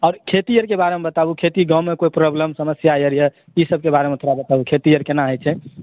अब खेती आरके बारेमे बताबु खेती गाममे कोई प्रॉब्लेम कोई समस्या आर यऽ ई सबकेँ बारेमे थोड़ा बताउ खेती आर केना होइ छै